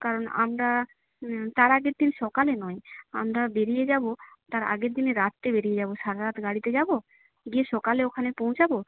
কারণ আমরা তার আগের দিন সকালে নয় আমরা বেরিয়ে যাবো তার আগের দিনে রাত্রে বেরিয়ে যাব সারারাত গাড়িতে যাব গিয়ে সকালে ওখানে পৌঁছাব